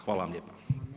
Hvala vam lijepa.